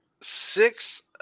Six